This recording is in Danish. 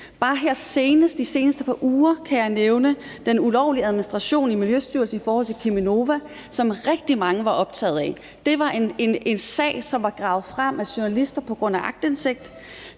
Bare her de seneste uger kan jeg nævne at vi har hørt om den ulovlige administration i Miljøstyrelsen i forhold til Cheminova, som rigtig mange var optaget af. Det var en sag, som var gravet frem af journalister via aktindsigt.